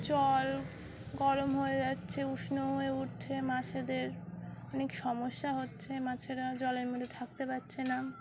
জল গরম হয়ে যাচ্ছে উষ্ণ হয়ে উঠছে মাছেদের অনেক সমস্যা হচ্ছে মাছেরা জলের মধ্যে থাকতে পারছে না